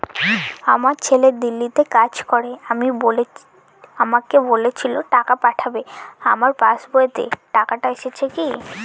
আমার ছেলে দিল্লীতে কাজ করে আমাকে বলেছিল টাকা পাঠাবে আমার পাসবইতে টাকাটা এসেছে কি?